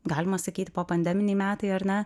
galima sakyti popandeminiai metai ar ne